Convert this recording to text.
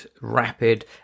rapid